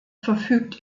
verfügt